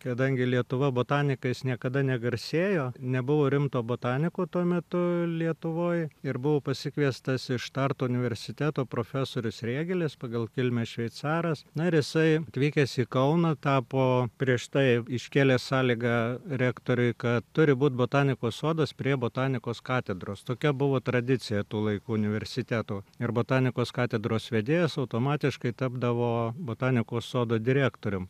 kadangi lietuva botanikais niekada negarsėjo nebuvo rimto botaniko tuo metu lietuvoj ir buvo pasikviestas iš tartu universiteto profesorius rėgelis pagal kilmę šveicaras na ir jisai atvykęs į kauną tapo prieš tai iškėlė sąlygą rektoriui kad turi būt botanikos sodas prie botanikos katedros tokia buvo tradicija tų laikų universitetų ir botanikos katedros vedėjas automatiškai tapdavo botanikos sodo direktorium